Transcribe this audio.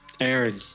Aaron